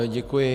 Děkuji.